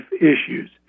issues